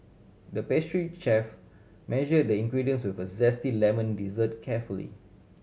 the pastry chef measure the ingredients we for zesty lemon dessert carefully